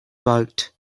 boat